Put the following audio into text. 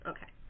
Okay